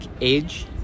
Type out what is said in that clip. age